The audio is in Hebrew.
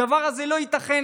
הדבר הזה לא ייתכן.